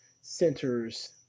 centers